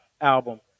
album